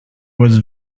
was